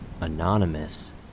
anonymous